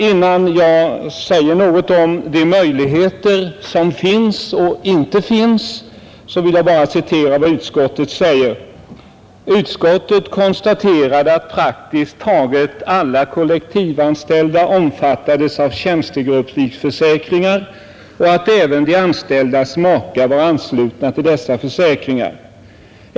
Innan jag säger något om de möjligheter som finns och inte finns vill jag bara citera vad utskottet säger: ”Utskottet konstaterade att praktiskt taget alla kollektivavtalsanställda omfattades av tjänstegrupplivförsäkringar och att även de anställdas makar var anslutna till dessa försäkringar.